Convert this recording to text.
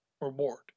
reward